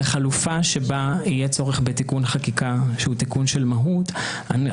אז בחלופה שבה יהיה צורך בתיקון חקיקה שהוא תיקון של מהות אנחנו